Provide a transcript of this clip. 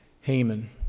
Haman